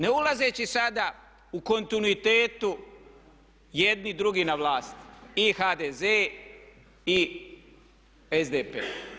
Ne ulazeći sada u kontinuitetu jedni drugi na vlasti i HDZ i SDP.